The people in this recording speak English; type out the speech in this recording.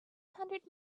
hundred